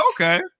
okay